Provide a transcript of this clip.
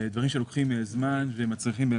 מכל הסוגים.